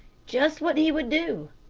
just what he would do,